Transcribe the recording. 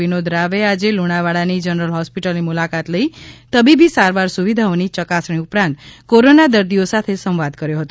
વિનોદ રાવ આજે લુણાવાડાની જનરલ હોસ્પિટલની મુલાકાત લઈ તબીબી સારવાર સુવિધાઓની યકાસણી ઉપરાંત કોરોના દર્દીઓ સાથ સંવાદ કર્યો હતો